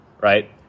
Right